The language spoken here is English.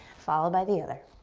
followed by the other.